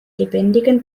lebendigen